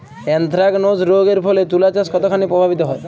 Anthracnose রোগ এর ফলে তুলাচাষ কতখানি প্রভাবিত হয়?